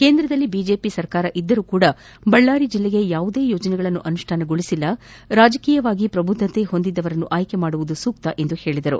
ಕೇಂದ್ರದಲ್ಲಿ ಬಿಜೆಪಿ ಸರ್ಕಾರವಿದ್ದರೂ ಬಳ್ಳಾರಿ ಜಲ್ಲೆಗೆ ಯಾವುದೇ ಯೋಜನೆಗಳನ್ನು ಅನುಷ್ಠಾನಗೊಳಿಸಿಲ್ಲ ರಾಜಕೀಯವಾಗಿ ಪ್ರಬುದ್ದತೆ ಹೊಂದಿದ್ದವರನ್ನು ಆಯ್ಲೆ ಮಾಡುವುದು ಸೂಕ್ತ ಎಂದು ಹೇಳಿದರು